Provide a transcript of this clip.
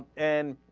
and